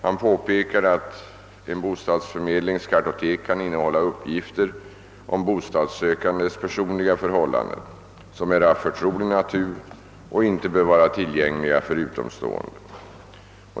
Han påpekar, att en bostadsförmedlings kartotek kan innehålla uppgifter om bostadssökandes personliga förhållanden, som är av förtrolig natur och inte bör vara tillgängliga för utomstående.